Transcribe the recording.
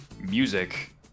music